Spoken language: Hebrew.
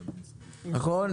נכון?